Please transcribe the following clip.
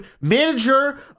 manager